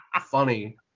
funny